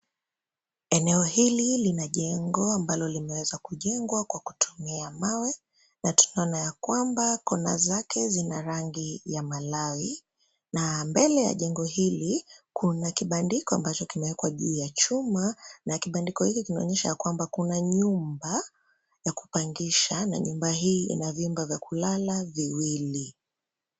Eneo hili lina jengo ambalo limeweza kujengwa kwa kutumia mawe na tunaona ya kwamba kona zake zina rangi ya malawi na mbele ya jengo hili kuna kibandiko ambacho kimewekwa juu ya chuma, na kibandiko hiki kinaonyesha ya kwamba kuna nyumba ya kupangisha na nyumba hii ina vyumba vya kulala viwili.